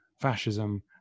fascism